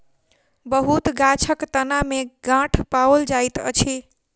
बहुत गाछक तना में गांठ पाओल जाइत अछि